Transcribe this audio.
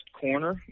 corner